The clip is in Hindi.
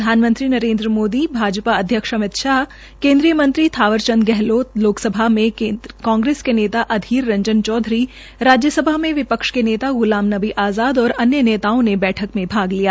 प्रधानमंत्री नरेन्द्र मोदी भाजपा अध्यक्ष अमित शाह केन्द्रीय मंत्री थावर चंद गहलोत लोकसभा में कांग्रेस नेता अधीर रंजन चौधरी राज्य सभा में विपक्ष के नेता गुलाम नबी आज़ाद व अन्य नेताओं ने बैठक में भाग लिया